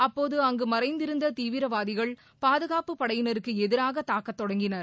அப்போது அங்கு மறைந்திருந்த தீவிரவாதிகள் பாதுகாப்புப் படையினருக்கு எதிராக தாக்கத் தொடங்கினர்